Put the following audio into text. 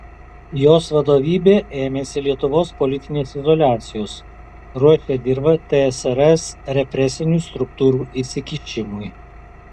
jos vadovybė ėmėsi lietuvos politinės izoliacijos ruošė dirvą tsrs represinių struktūrų įsikišimui